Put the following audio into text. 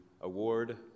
award